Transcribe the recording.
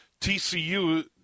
TCU